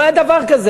לא היה דבר כזה.